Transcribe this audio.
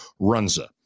Runza